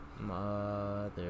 mother